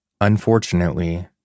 Unfortunately